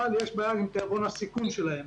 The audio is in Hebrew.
אבל אך יש בעיה עם פירעון הסיכון שלהם.